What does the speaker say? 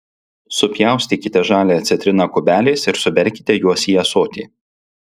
supjaustykite žaliąją citriną kubeliais ir suberkite juos į ąsotį